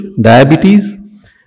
diabetes